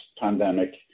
pandemic